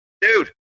dude